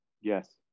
Yes